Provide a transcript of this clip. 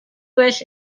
wish